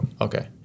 Okay